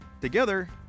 Together